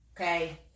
Okay